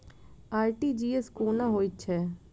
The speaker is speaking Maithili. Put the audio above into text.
आर.टी.जी.एस कोना होइत छै?